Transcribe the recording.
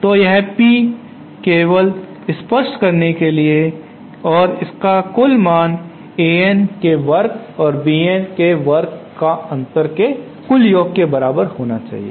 तो यह P केवल स्पष्ट करने के लिए और इसका कुल मान An के वर्ग और Bn के वर्ग का अंतर के कुल योग के बराबर होना चाहिए